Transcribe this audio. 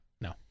No